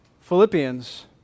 Philippians